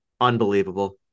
unbelievable